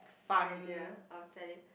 idea I will tele~